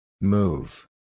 Move